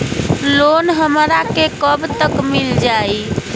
Loan हमरा के कब तक मिल जाई?